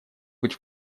быть